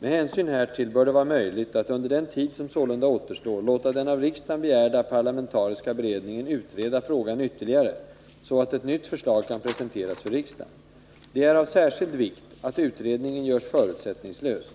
Med hänsyn härtill bör det vara möjligt att under den tid som sålunda återstår låta den av riksdagen begärda parlamentariska beredningen utreda frågan ytterligare så att ett nytt förslag kan presenteras för riksdagen. Det är av särskild vikt att utredningen görs förutsättningslöst.